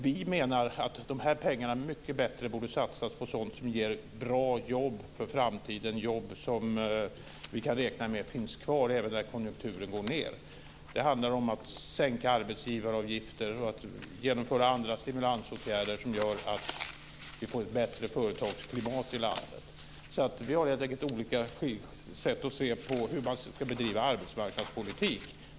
Vi menar att dessa pengar mycket hellre borde satsas på sådant som ger bra jobb för framtiden, jobb som man kan räkna med finns kvar även när konjunkturen går ned. Det handlar om att sänka arbetsgivaravgifter och vidta andra stimulansåtgärder som gör att det blir ett bättre företagsklimat i landet. Vi har helt enkelt olika sätt att se på hur man ska bedriva arbetsmarknadspolitik.